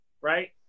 right